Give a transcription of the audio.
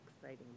exciting